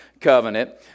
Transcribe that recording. covenant